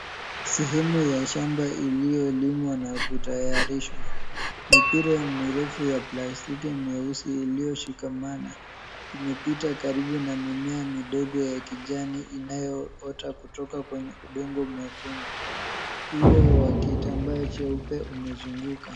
Sehemu ya shamba iliyo limwa na kutayarishwa, mipira mirefu ya plastiki mieusi iliyoshikamana imepita karibu na mimea midogo ya kijani inayoota kutoka kwenye udongo mwekundu. Uo wa kitambaa cheupe umezunguka.